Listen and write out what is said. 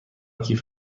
کیف